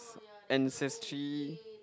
ancestry